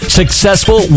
successful